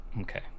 Okay